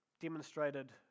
demonstrated